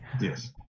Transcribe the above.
yes